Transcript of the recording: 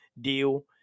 deal